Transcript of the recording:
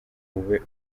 ube